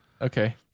Okay